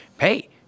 hey